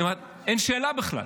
והיא אמרה: אין שאלה בכלל.